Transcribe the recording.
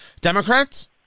Democrats